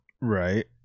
Right